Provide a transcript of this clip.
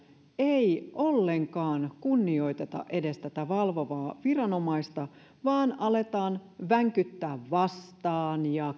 ei ollenkaan kunnioiteta edes valvovaa viranomaista vaan aletaan vänkyttämään vastaan ja